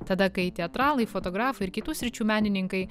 tada kai teatralai fotografai ir kitų sričių menininkai